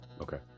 Okay